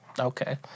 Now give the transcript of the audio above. Okay